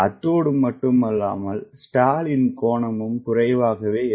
அத்தோடு மட்டுமல்லாமல்ஸ்டால்லின்கோணமும்குறைவாகவேஇருக்கும்